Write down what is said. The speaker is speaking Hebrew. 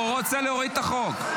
הוא רוצה להוריד את החוק.